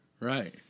Right